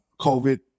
COVID